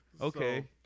Okay